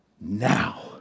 now